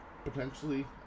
Potentially